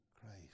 Christ